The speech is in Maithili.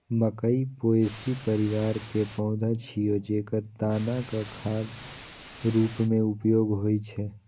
मकइ पोएसी परिवार के पौधा छियै, जेकर दानाक खाद्य रूप मे उपयोग होइ छै